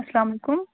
اَسلامُ علیکُم